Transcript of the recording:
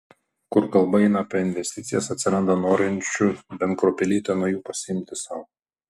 kur kalba eina apie investicijas atsiranda norinčių bent kruopelytę nuo jų pasiimti sau